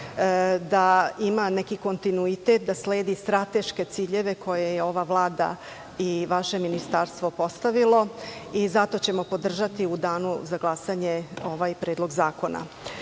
da ima neki kontinuitet, da sledi strateške ciljeve koje je ova Vlada i vaše Ministarstvo postavilo. Zato ćemo i podržati u danu za glasanje ovaj Predlog zakona. Što